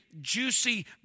juicy